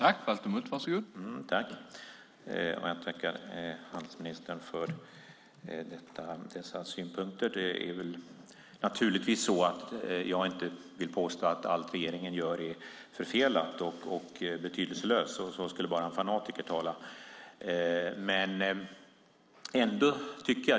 Herr talman! Jag vill tacka handelsministern för dessa synpunkter. Naturligtvis vill jag inte påstå att allt regeringen gör är förfelat och betydelselöst. Så skulle bara en fanatiker tala.